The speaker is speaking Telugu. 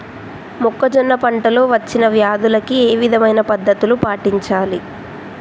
మొక్కజొన్న పంట లో వచ్చిన వ్యాధులకి ఏ విధమైన పద్ధతులు పాటించాలి?